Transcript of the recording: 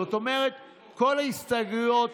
זאת אומרת שכל ההסתייגויות,